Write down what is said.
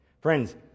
Friends